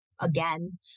again